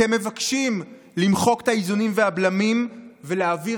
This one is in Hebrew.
אתם מבקשים למחוק את האיזונים והבלמים ולהעביר